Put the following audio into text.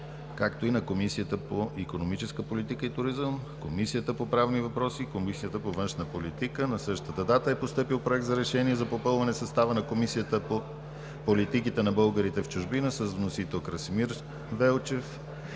е и на Комисията по икономическа политика и туризъм, Комисията по правни въпроси и Комисията по външна политика. На 20 октомври 2017 г. е постъпил Проект за решение за попълване състава на Комисията по политиките на българите в чужбина. Вносител: